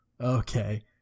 Okay